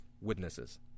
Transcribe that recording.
witnesses